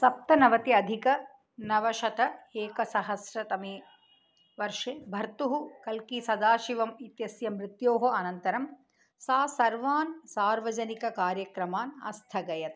सप्तनवति अधिकनवशत एकसहस्रतमे वर्षे भर्तुः कल्की सदाशिवम् इत्यस्य मृत्योः अनन्तरं सा सर्वान् सार्वजनिककार्यक्रमान् अस्थगयत्